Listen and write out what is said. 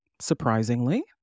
surprisingly